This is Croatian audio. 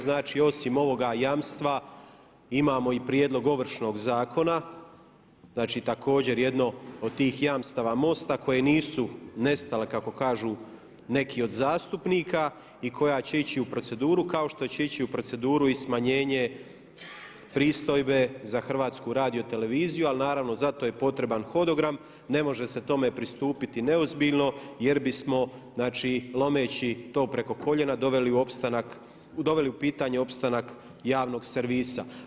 Znači, osim ovoga jamstva imamo i prijedlog Ovršnog zakona, znači također jedno od tih jamstava MOST-a koja nisu nestala kako kažu neki od zastupnika i koja će ići u proceduru kao što će ići u proceduru i smanjenje pristojbe za HRT ali naravno za to je potreban hodogram, ne može se tome pristupiti neozbiljno jer bismo znači lomeći to preko koljena doveli u pitanje opstanak javnog servisa.